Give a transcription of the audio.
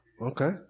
okay